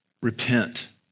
Repent